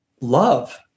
love